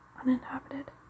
uninhabited